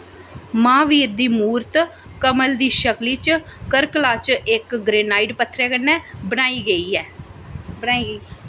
महावीर दी मूरत कमल दी शकली च करकला च इक ग्रेनाइट पत्थरै कन्नै बनाई गेई ऐ